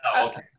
Okay